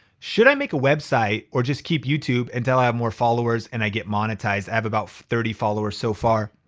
should i make a website or just keep youtube until i have more followers and i get monetized? i have about thirty followers so far.